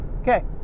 Okay